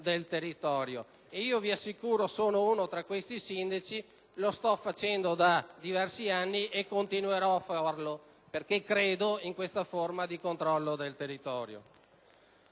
del territorio. Vi assicuro che io sono uno tra questi, lo sto facendo da diversi anni e continuerò a farlo perché credo in questa forma di controllo del territorio.